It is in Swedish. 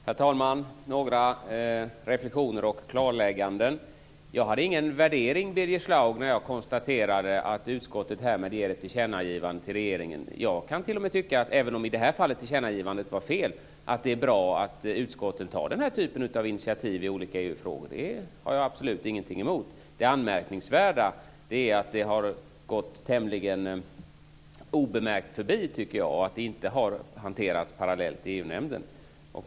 Herr talman! Några reflexioner och klarlägganden. Jag hade ingen värdering när jag konstaterade att utskottet ger ett tillkännagivande till regeringen. Även om tillkännagivandet i det här fallet var fel kan jag tycka att det är bra att utskottet tar den här typen av initiativ i olika EU-frågor. Det har jag absolut ingenting emot. Det anmärkningsvärda är att det har gått tämligen obemärkt förbi och att det inte har hanterats parallellt i EU-nämnden.